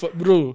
bro